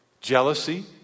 Jealousy